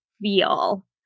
feel